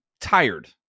tired